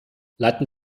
leiten